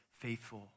faithful